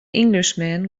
englishman